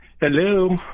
Hello